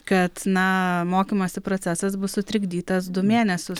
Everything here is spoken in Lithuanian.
kad na mokymosi procesas bus sutrikdytas du mėnesius